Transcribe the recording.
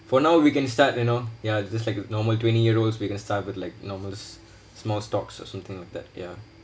for now we can start you know ya it's just like normal twenty year olds we can start with like normal small stocks or something like that ya